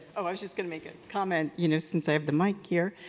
just going to make a comment, you know, since i have the mic here.